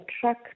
truck